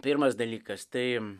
pirmas dalykas tai